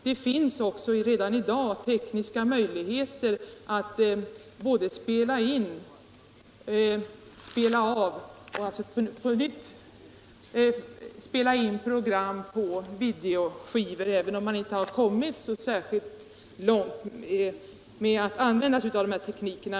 Det finns för övrigt redan i dag tekniska möjligheter att spela av och på nytt spela in program på videoskivor, även om man inte har kommit särskilt långt när det gäller att utveckla denna teknik.